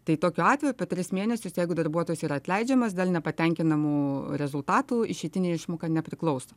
tai tokiu atveju per tris mėnesius jeigu darbuotojas yra atleidžiamas dėl nepatenkinamų rezultatų išeitinė išmoka nepriklauso